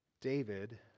David